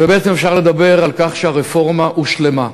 ובעצם אפשר לדבר על כך שהרפורמה הושלמה.